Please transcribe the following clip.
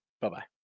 Bye-bye